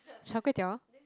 char-kway -eow